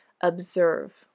Observe